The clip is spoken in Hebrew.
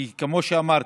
כי כמו שאמרתי,